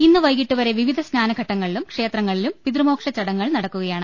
ഇന്ന് വൈകീട്ടുവരെ വിവിധ സ്നാനഘട്ടങ്ങളിലും ക്ഷേത്രങ്ങളിലും പിതൃമോക്ഷ ചടങ്ങുകൾ നടക്കുകയാണ്